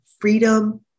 freedom